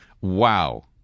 Wow